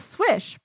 Swish